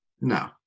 No